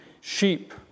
Sheep